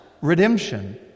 redemption